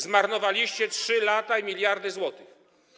Zmarnowaliście 3 lata i miliardy złotych.